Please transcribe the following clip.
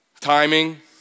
timing